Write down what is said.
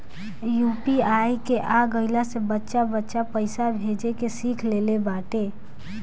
UPI के आ गईला से बच्चा बच्चा पईसा भेजे के सिख लेले बाटे